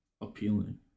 appealing